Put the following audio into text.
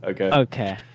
okay